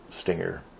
Stinger